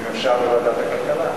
אם אפשר בוועדת הכלכלה.